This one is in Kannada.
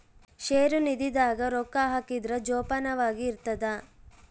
ಷೇರು ನಿಧಿ ದಾಗ ರೊಕ್ಕ ಹಾಕಿದ್ರ ಜೋಪಾನವಾಗಿ ಇರ್ತದ